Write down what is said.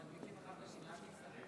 מתלונן שקר על שוטרים.